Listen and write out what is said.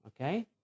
okay